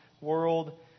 World